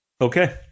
Okay